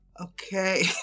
okay